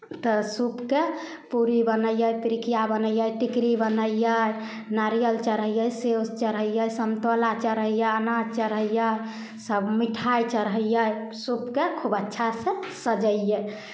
तऽ सूपके पूड़ी बनैयै पिरिकिया बनैयै टिकरी बनैयै नारियल चढ़ैयै सेब चढ़ैयै सन्तोला चढ़ैयै अनाज चढ़ैयै सभ मिठाइ चढ़ैयै सूपके खूब अच्छासँ सजैयै